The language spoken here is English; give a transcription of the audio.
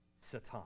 Satan